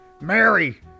Mary